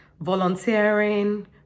volunteering